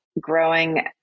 growing